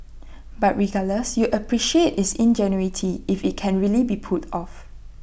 but regardless you'd appreciate its ingenuity if IT can really be pulled off